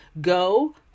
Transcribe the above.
Go